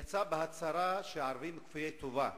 יצא בהצהרה שהערבים כפויי טובה.